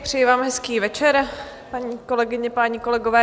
Přeji vám hezký večer, paní kolegyně, páni kolegové.